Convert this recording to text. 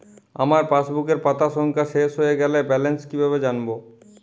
আমার পাসবুকের পাতা সংখ্যা শেষ হয়ে গেলে ব্যালেন্স কীভাবে জানব?